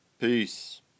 Peace